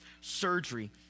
surgery